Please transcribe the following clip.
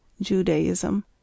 Judaism